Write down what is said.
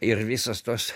ir visos tos